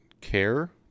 care